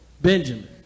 Benjamin